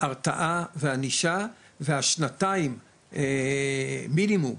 התרעה וענישה והשנתיים מינימום